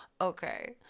Okay